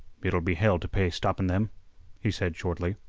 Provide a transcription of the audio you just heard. it'll be hell t' pay stoppin' them he said shortly.